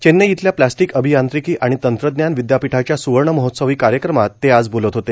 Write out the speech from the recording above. चेन्नई इथल्या प्लास्टीक अभियांत्रिकी आणि तंत्रज्ञान विद्यापीठाच्या सुवर्णमहोत्सवी कार्यक्रमात ते आज बोलत होते